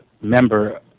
member